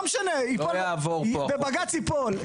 לא משנה, בבג"ץ ייפול.